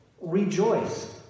Rejoice